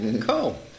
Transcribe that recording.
Cool